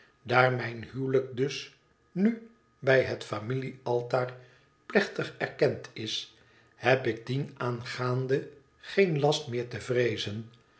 mijn huwelijk dus nubij het familie altaar plechtig erkend is heb ik dienaangaande geen last meer te vreezen